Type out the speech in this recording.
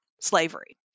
slavery